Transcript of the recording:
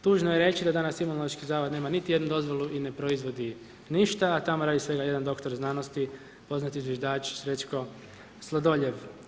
Tužno je reći, da danas Imunološki zavod nema niti jednu dozvolu i ne proizvodi ništa, a tamo radi svega jedan doktor znanosti, poznati zviždač Srečko Sladoljev.